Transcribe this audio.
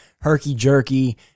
herky-jerky